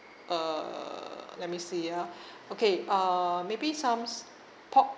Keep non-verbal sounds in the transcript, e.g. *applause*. uh let me see ah *breath* okay uh maybe some s~ pork